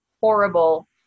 horrible